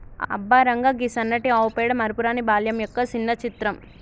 అబ్బ రంగా, గీ సన్నటి ఆవు పేడ మరపురాని బాల్యం యొక్క సిన్న చిత్రం